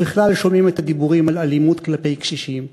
ובכלל שומעים את הדיבורים על אלימות כלפי קשישים,